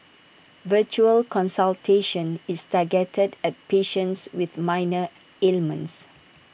virtual consultation is targeted at patients with minor ailments